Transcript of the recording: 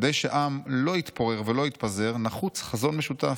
כדי שעם לא יתפורר ולא יתפזר נחוץ חזון משותף.